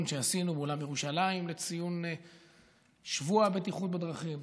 שעשינו באולם ירושלים לציון שבוע הבטיחות בדרכים,